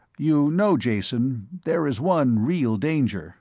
you know, jason, there is one real danger